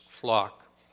flock